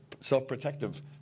self-protective